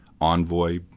envoy